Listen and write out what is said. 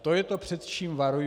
To je to, před čím varuji.